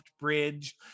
bridge